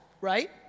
right